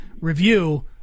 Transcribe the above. review